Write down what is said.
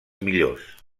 millors